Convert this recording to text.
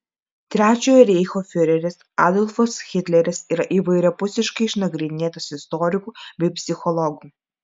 trečiojo reicho fiureris adolfas hitleris yra įvairiapusiškai išnagrinėtas istorikų bei psichologų